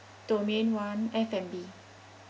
domain one F and B